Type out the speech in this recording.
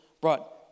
brought